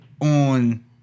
on